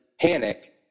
panic